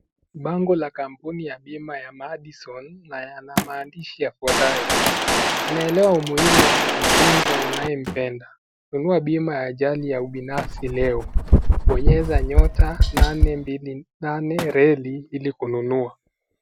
Bango la kampuni ya bima ya MADISON na yana maandishi ya futayo, tunaelewa ya umuhimu ya kumtunza unayempenda, fungua bima la ajali ya ubinafsi leo, bonyeza nyota nane mbili nane reli ilikununuwa.